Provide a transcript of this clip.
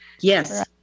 Yes